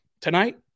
tonight